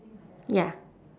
ya